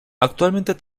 actualmente